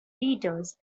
leaders